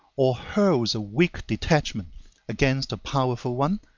or hurls a weak detachment against a powerful one,